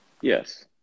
Yes